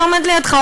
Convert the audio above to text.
שעומד לידך.